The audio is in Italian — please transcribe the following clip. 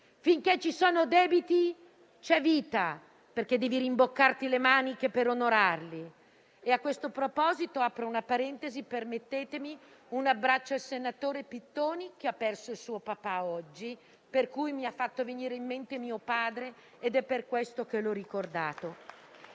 finché ci sono debiti c'è vita, perché devi rimboccarti le maniche per onorarli. A questo proposito, permettetemi di aprire una parentesi e di rivolgere un abbraccio al senatore Pittoni, che ha perso il suo papà oggi. Mi ha fatto venire in mente mio padre ed è per questo che l'ho ricordato.